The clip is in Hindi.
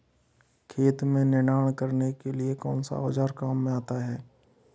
खेत में निनाण करने के लिए कौनसा औज़ार काम में आता है?